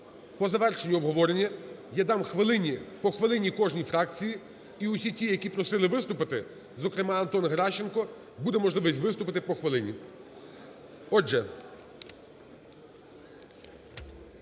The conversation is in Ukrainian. По завершенню обговорення я дам по хвилині кожній фракції. І усі ті, які просили виступити, зокрема Антон Геращенко, буде можливість виступити по хвилині.